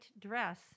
dress